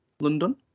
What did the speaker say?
london